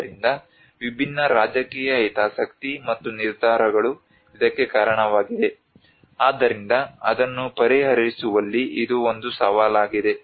ಆದ್ದರಿಂದ ವಿಭಿನ್ನ ರಾಜಕೀಯ ಹಿತಾಸಕ್ತಿ ಮತ್ತು ನಿರ್ಧಾರಗಳು ಇದಕ್ಕೆ ಕಾರಣವಾಗಿದೆ ಆದ್ದರಿಂದ ಅದನ್ನು ಪರಿಹರಿಸುವಲ್ಲಿ ಇದು ಒಂದು ಸವಾಲಾಗಿದೆ